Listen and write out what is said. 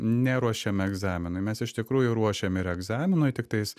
neruošiam egzaminui mes iš tikrųjų ruošiam ir egzaminui tiktais